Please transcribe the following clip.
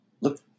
Look